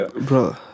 Bro